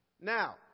Now